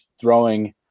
throwing